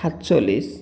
সাতচল্লিছ